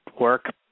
work